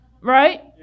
right